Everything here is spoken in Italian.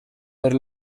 per